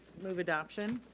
move adoption.